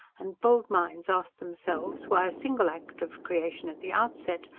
and bold minds asked themselves why a single act of creation, at the outset,